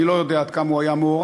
אני לא יודע עד כמה הוא היה מעורב,